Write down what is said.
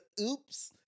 oops